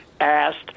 asked